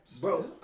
Bro